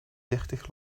dertig